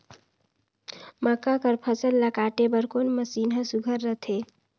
मक्का कर फसल ला काटे बर कोन मशीन ह सुघ्घर रथे?